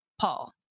Paul